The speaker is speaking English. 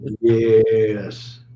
Yes